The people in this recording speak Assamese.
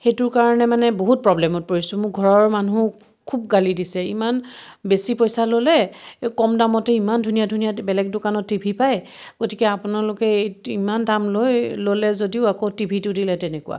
সেইটোৰ কাৰণে মানে বহুত প্ৰ'ব্লেমত পৰিছোঁ মোৰ ঘৰৰ মানুহেও খুব গালি দিছে ইমান বেচি পইচা ল'লে কম দামতে ইমান ধুনীয়া ধুনীয়া বেলেগ দোকানত টি ভি পায় গতিকে আপোনালোকে এই ইমান দাম লৈ ল'লে যদিও আকৌ টিভিটো দিলে তেনেকুৱা